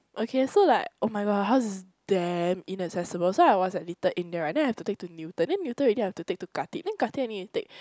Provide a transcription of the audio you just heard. okay so like [oh]-my-god house is damn inaccessible so I was at Little-India right then I have to take to Newton then Newton already I have to take Khatib then Khatib I need to take